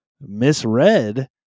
misread